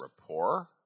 Rapport